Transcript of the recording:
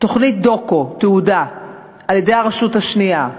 תוכנית דוקו, תעודה, על-ידי הרשות השנייה.